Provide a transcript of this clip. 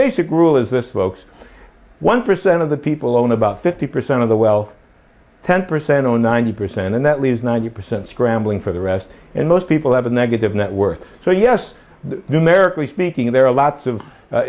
basic rule is this folks one percent of the people own about fifty percent of the wealth ten percent own ninety percent and that leaves ninety percent scrambling for the rest and most people have a negative net worth so yes numerically speaking there are lots of